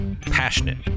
passionate